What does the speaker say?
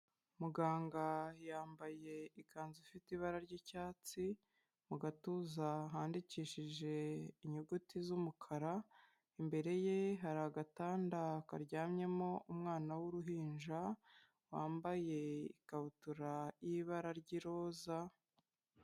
Muganga yambaye ikanzu ifite ibara ry'icyatsi mu gatuza handikishije inyuguti z'umukara, imbere ye hari agatanda karyamyemo umwana w'uruhinja wambaye ikabutura y'ibara ry'iroza.